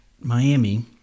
Miami